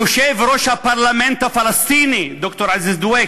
יושב-ראש הפרלמנט הפלסטיני ד"ר עזיז דואק,